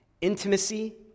intimacy